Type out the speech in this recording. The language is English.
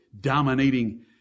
dominating